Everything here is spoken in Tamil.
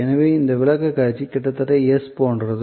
எனவே இந்த விளக்கக்காட்சி கிட்டத்தட்ட S போன்றது